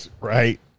Right